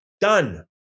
Done